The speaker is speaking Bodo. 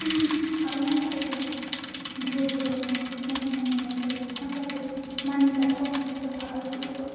आर'नाइ खायोब्ला गुबै बर' होननानै सिनायथिनो मोननाय जायो माखासे मानिजाथाव जागा आलासिखौबो